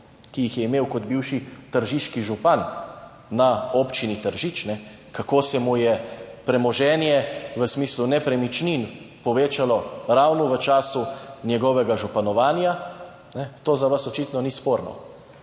ki jih je imel kot bivši tržiški župan na Občini Tržič, kako se mu je premoženje v smislu nepremičnin povečalo ravno v času njegovega županovanja. To, za vas očitno ni sporno?